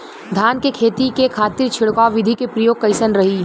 धान के खेती के खातीर छिड़काव विधी के प्रयोग कइसन रही?